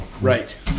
right